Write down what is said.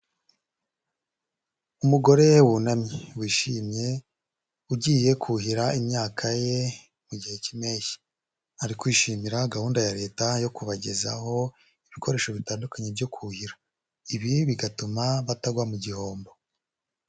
Umugore wunamye wishimye, ugiye kuhira imyaka ye mu gihe cy'Impeshyi; ari kwishimira gahunda ya Leta yo kubagezaho ibikoresho bitandukanye byo kuhira, ibi bigatuma batagwa mu gihombo.